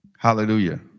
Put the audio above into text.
Hallelujah